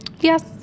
Yes